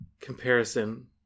comparison